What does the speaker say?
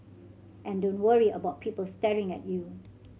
and don't worry about people staring at you